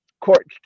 court